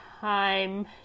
time